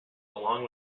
along